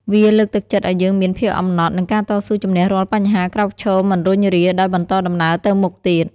វាលើកទឹកចិត្តឲ្យយើងមាន ភាពអំណត់ និងការតស៊ូជំនះរាល់បញ្ហាក្រោកឈរមិនរុញរាដោយបន្តដំណើរទៅមុខទៀត ។